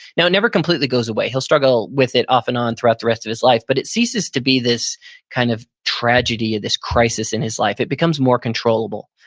now, it never completely goes away. he'll struggle with it off and on throughout the rest of his life but it ceases to be this kind of tragedy or this crisis in his life. it becomes more controllable.